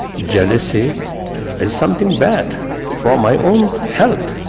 jealousy as something bad for um my own health,